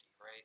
right